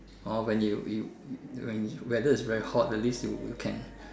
or when you you when you weather is very hot at least you can